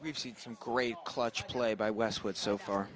we've seen some great clutch play by westwood so far